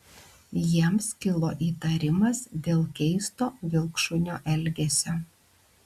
jiems kilo įtarimas dėl keisto vilkšunio elgesio